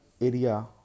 area